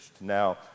Now